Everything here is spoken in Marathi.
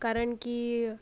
कारण की